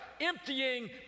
emptying